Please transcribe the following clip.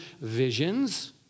visions